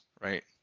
right